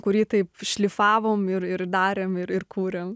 kurį taip šlifavom ir ir darėm ir kūrėm